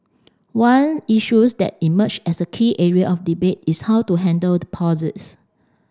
one issues that's emerged as a key area of debate is how to handle deposits